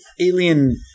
Alien